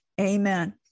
Amen